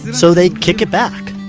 so they kick it back.